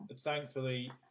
Thankfully